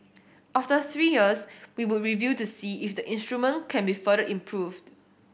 after three years we would review to see if the instrument can be further improved